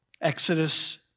Exodus